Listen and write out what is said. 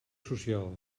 social